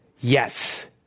Yes